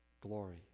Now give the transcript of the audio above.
glory